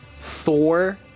Thor